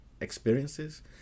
experiences